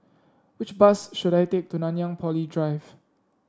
which bus should I take to Nanyang Poly Drive